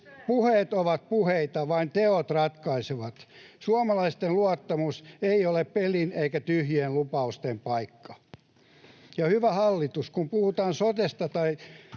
Puheet ovat puheita, vain teot ratkaisevat. Suomalaisten luottamus ei ole pelin eikä tyhjien lupausten paikka. Hyvä hallitus, kun puhutaan sotesta tai